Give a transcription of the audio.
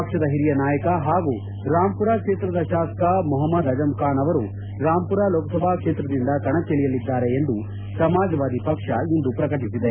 ಪಕ್ಷದ ಹಿರಿಯ ನಾಯಕ ಹಾಗೂ ರಾಮ್ಪುರ ಕ್ಷೇತ್ರದ ಶಾಸಕ ಮೊಹಮದ್ ಅಜಂಖಾನ್ ಅವರು ರಾಮ್ಪುರ ಲೋಕಸಭಾ ಕ್ಷೇತ್ರದಿಂದ ಕಣಕ್ಕಿಳಿಯಲಿದ್ದಾರೆ ಎಂದು ಸಮಾಜವಾದಿ ಪಕ್ಷ ಇಂದು ಪ್ರಕಟಿಸಿದೆ